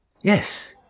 Yes